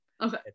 Okay